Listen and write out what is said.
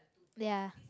ya